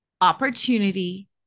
opportunity